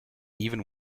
even